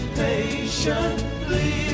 patiently